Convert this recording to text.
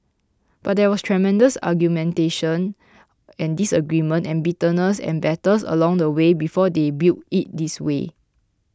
but there was tremendous argumentation and disagreement and bitterness and battles along the way before they built it this way